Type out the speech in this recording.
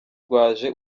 rwaje